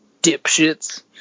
dipshits